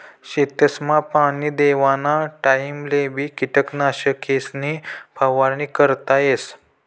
शेतसमा पाणी देवाना टाइमलेबी किटकनाशकेसनी फवारणी करता येस